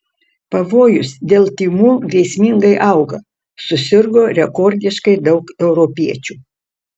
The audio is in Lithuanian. pavojus dėl tymų grėsmingai auga susirgo rekordiškai daug europiečių